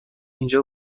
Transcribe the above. اینجا